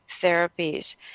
therapies